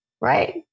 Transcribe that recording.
right